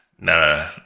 Nah